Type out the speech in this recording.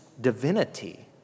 divinity